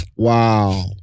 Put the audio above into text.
Wow